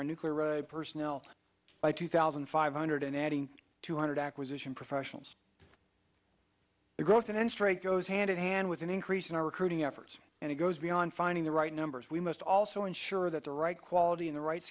our nuclear personnel by two thousand five hundred and adding two hundred acquisition professionals the growth in straight goes hand in hand and with an increase in our recruiting efforts and it goes beyond finding the right numbers we must also ensure that the right quality in the right